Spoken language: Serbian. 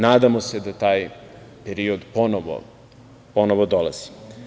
Nadamo se da taj period ponovo dolazi.